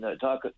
talk